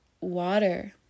water